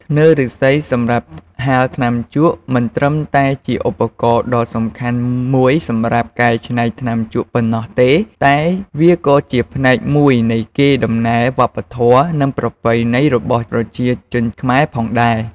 ធ្នើរឬស្សីសម្រាប់ហាលថ្នាំជក់ មិនត្រឹមតែជាឧបករណ៍ដ៏សំខាន់មួយសម្រាប់កែច្នៃថ្នាំជក់ប៉ុណ្ណោះទេ តែវាក៏ជាផ្នែកមួយនៃកេរដំណែលវប្បធម៌ និងប្រពៃណីរបស់ប្រជាជនខ្មែរផងដែរ។